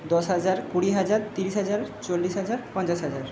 দশ হাজার কুড়ি হাজার তিরিশ হাজার চল্লিশ হাজার পঞ্চাশ হাজার